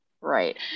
right